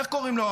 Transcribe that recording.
איך קוראים לו,